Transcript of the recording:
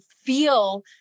feel